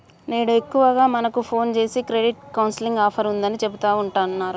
నేడు ఎక్కువగా మనకు ఫోన్ జేసి క్రెడిట్ కౌన్సిలింగ్ ఆఫర్ ఉందని చెబుతా ఉంటన్నారు